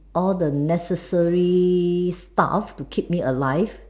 all the necessary stuff to keep me alive